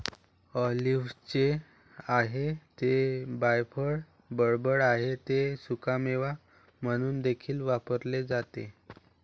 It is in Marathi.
ऑलिव्हचे आहे ते वायफळ बडबड आहे ते सुकामेवा म्हणून देखील वापरले जाते